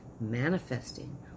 Manifesting